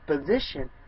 position